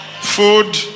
food